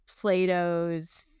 Plato's